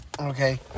okay